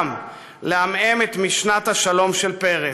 מסוים לעמעם את משנת השלום של פרס,